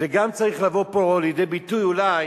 זה גם צריך לבוא פה לידי ביטוי, אולי.